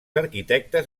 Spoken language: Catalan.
arquitectes